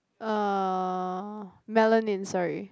uh melanin sorry